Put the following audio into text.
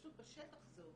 פשוט בשטח זה עובד.